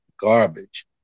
garbage